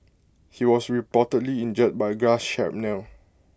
he was reportedly injured by glass shrapnel